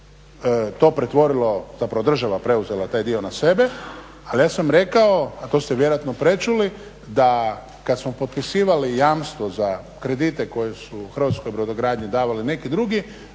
to pretvorilo zapravo država preuzela taj dio na sebe ali ja sam rekao a to ste vjerojatno prečuli da kad smo potpisivali jamstvo za kredite koji su hrvatskoj brodogradnji davali neki drugi,